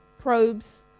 probes